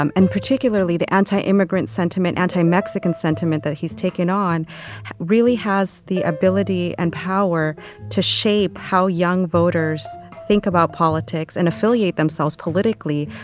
um and particularly the anti-immigrant sentiment, anti-mexican sentiment that he's taken on really has the ability and power to shape how young voters think about politics and affiliate themselves politically,